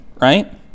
right